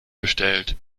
bestellt